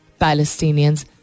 Palestinians